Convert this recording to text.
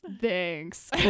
Thanks